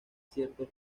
ciertos